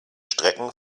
strecken